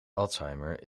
alzheimer